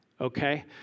Okay